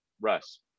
Russ